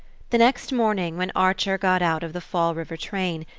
the next morning, when archer got out of the fall river train,